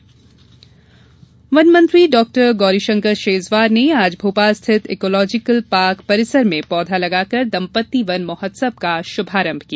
पौधारोपण वन मंत्री डॉक्टर गौरीशंकर शेजवार ने आज भोपाल स्थित इकॉलोजिकल पार्क परिसर में पौधा लगाकर दंपत्ति वन महोत्सव का श्भारंभ किया